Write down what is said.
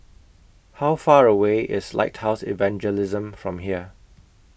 How Far away IS Lighthouse Evangelism from here